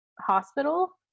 hospital